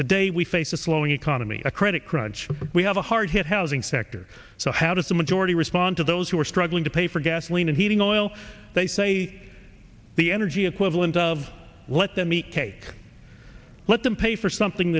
today we face a slowing economy a credit crunch we have a hard hit housing sector so how does a majority respond to those who are struggling to pay for gasoline and heating oil they say the energy equivalent of let them eat cake let them pay for something